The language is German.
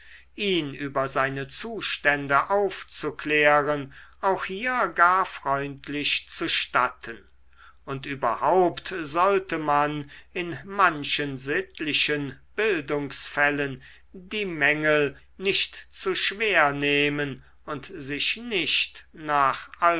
ihn über seine zustände aufzuklären auch hier gar freundlich zustatten und überhaupt sollte man in manchen sittlichen bildungsfällen die mängel nicht zu schwer nehmen und sich nicht nach